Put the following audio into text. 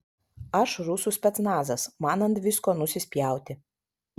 aš rusų specnazas man ant visko nusispjauti